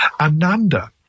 ananda